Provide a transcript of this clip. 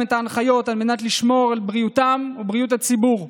ההנחיות על מנת לשמור על בריאותם ועל בריאות הציבור,